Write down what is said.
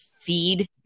Feed